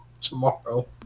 tomorrow